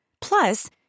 Plus